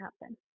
happen